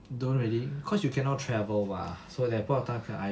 don't really cause you cannot travel mah so that point of time I I